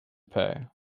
pay